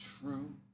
true